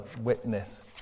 witness